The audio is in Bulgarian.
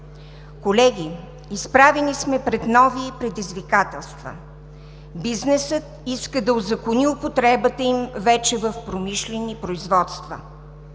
Колеги, изправени сме пред нови предизвикателства. Бизнесът иска да узакони употребата им вече в промишлени производства,